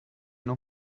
non